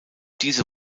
diese